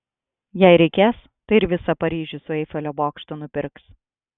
jei reikės tai ir visą paryžių su eifelio bokštu nupirks